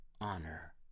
honor